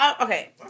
Okay